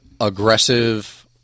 aggressive